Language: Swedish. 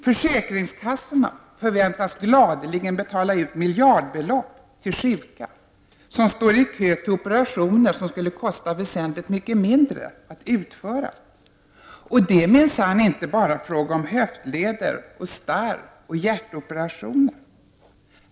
Försäkringskassorna förväntas gladeligen betala ut miljardbelopp till sjuka som står i kö till operationer som skulle kosta väsentligt mycket mindre att utföra. Och det är minsann inte fråga om bara höftleder, starr och hjärtoperationer.